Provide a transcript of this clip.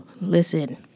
Listen